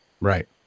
Right